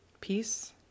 Peace